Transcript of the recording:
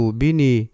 bini